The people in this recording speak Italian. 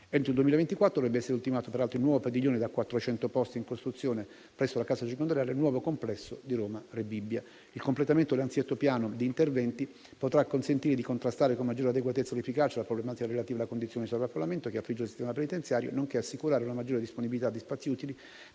Entro il 2024 dovrebbe essere ultimato, peraltro, il nuovo padiglione da 400 posti in costruzione presso la casa circondariale, nuovo complesso, di Roma Rebibbia. Il completamento dell'anzidetto piano di interventi potrà consentire di contrastare con maggiore adeguatezza ed efficacia la problematica relativa alla condizione di sovraffollamento che affligge il sistema penitenziario, nonché assicurare una maggiore disponibilità di spazi utili